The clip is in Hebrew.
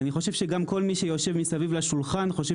ואני חושב שגם כל מי שיושב מסביב לשולחן חושב